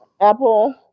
apple